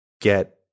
get